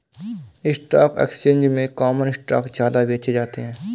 stock exchange में common stock ज्यादा बेचे जाते है